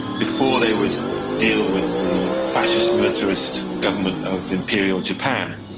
before they would deal with the fascist militarist government of imperial japan.